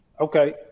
okay